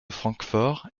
francfort